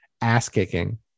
ass-kicking